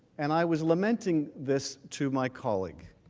and i was lamenting this to my colleague